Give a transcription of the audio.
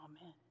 Amen